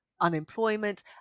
unemployment